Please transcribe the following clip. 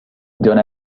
don’t